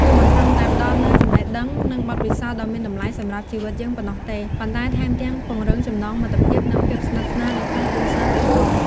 វាមិនត្រឹមតែផ្ដល់នូវចំណេះដឹង និងបទពិសោធន៍ដ៏មានតម្លៃសម្រាប់ជីវិតយើងប៉ុណ្ណោះទេ ប៉ុន្តែថែមទាំងពង្រឹងចំណងមិត្តភាព និងភាពស្និទ្ធស្នាលនៅក្នុងគ្រួសារទៀតផង។